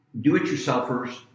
do-it-yourselfers